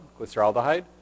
glyceraldehyde